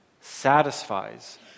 satisfies